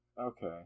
Okay